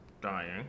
dying